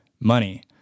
money